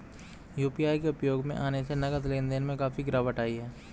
UPI के उपयोग में आने से नगद लेन देन में काफी गिरावट आई हैं